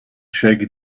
shaggy